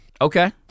Okay